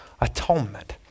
atonement